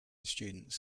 students